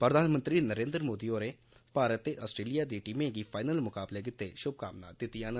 प्रघानमंत्री नरेंद्र मोदी होरें भारत ते आस्ट्रेलिया दी टीमें गी फाइनल मुकाबले गितै शुभकामनां दित्तियां न